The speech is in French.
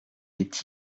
est